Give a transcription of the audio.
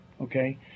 okay